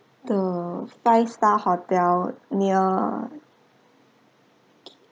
the five star hotel near